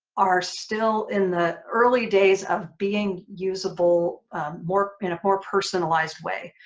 are still in the early days of being usable more in more personalized way.